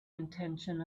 intention